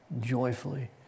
joyfully